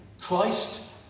Christ